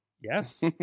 Yes